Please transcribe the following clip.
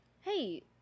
Hey